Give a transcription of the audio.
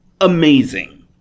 amazing